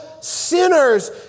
sinners